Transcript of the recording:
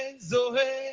Zoe